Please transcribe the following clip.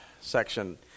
section